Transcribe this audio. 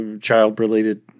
child-related